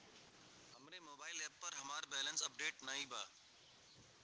हमरे mobile app पर हमार बैलैंस अपडेट नाई बा